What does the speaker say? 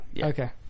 okay